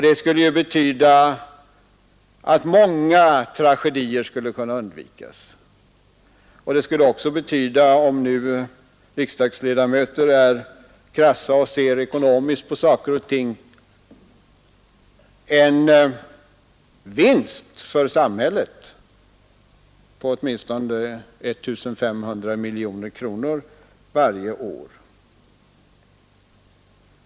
Det skulle betyda att många tragedier skulle kunna undvikas och det skulle också betyda — om riksdagens ledamöter ser krasst ekonomiskt på saker och ting — en vinst för samhället på åtminstone 1 500 miljoner kronor varje år.